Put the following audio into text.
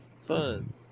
Fun